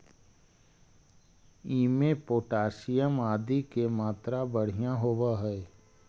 इमें पोटाशियम आदि के मात्रा बढ़िया होवऽ हई